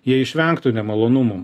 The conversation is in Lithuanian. jie išvengtų nemalonumų